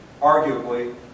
arguably